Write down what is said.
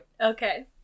Okay